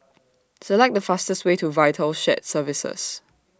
Select The fastest Way to Vital Shared Services